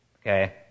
okay